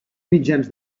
mitjans